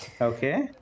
Okay।